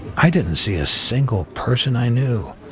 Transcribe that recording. i didn't see a single person i knew.